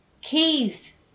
Keys